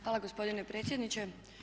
Hvala gospodine predsjedniče.